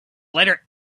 letter